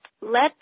let